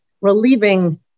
relieving